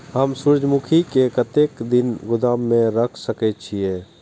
हम सूर्यमुखी के कतेक दिन गोदाम में रख सके छिए?